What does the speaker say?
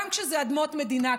גם כשאלה אדמות מדינה,